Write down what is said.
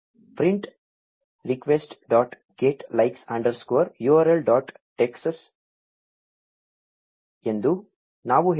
print request dot get likes underscore URL dot text ಎಂದು ನಾವು ಹೇಳುತ್ತೇವೆ